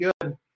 good